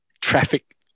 traffic